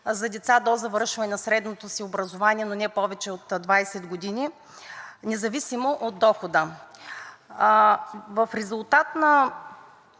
за деца до завършване на средното им образование, но не повече от 20 години, независимо от дохода. В резултат на